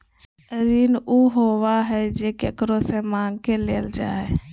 ऋण उ होबा हइ जे केकरो से माँग के लेल जा हइ